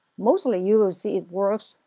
mostly you'll see it works.